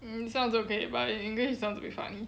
mm sounds okay but in english it sounds a bit funny